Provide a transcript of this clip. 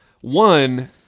One